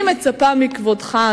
אני מצפה מכבודך,